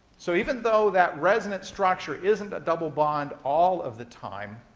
so even though that resonance structure isn't a double bond all of the time,